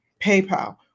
PayPal